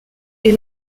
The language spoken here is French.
est